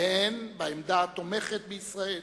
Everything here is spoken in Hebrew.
והן בעמדה התומכת בישראל